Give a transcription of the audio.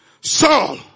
Saul